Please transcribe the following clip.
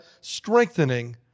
strengthening